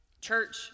church